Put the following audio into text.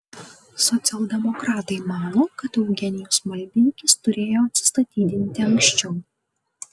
socialdemokratai mano kad eugenijus maldeikis turėjo atsistatydinti anksčiau